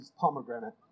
pomegranate